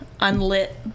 unlit